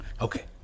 Okay